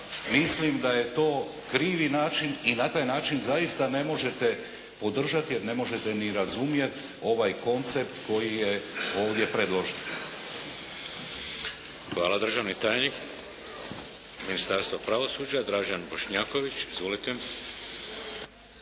Mislim da je to krivi način i na taj način zaista ne možete podržati, jer ne možete ni razumjeti ovaj koncept koji je ovdje predložen. **Šeks, Vladimir (HDZ)** Hvala. Državni tajnik Ministarstva pravosuđa Dražen Bošnjaković. Izvolite.